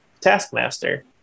taskmaster